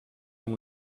amb